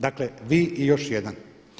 Dakle, vi i još jedan.